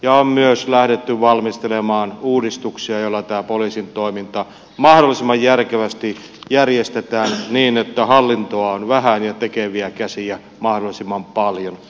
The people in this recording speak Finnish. on myös lähdetty valmistelemaan uudistuksia joilla tämä poliisin toiminta mahdollisimman järkevästi järjestetään niin että hallintoa on vähän ja tekeviä käsiä mahdollisimman paljon